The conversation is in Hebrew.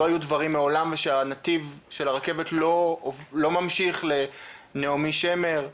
היו דברים מעולם ושהנתיב של הרכבת לא ממשיך לנעמי שמר.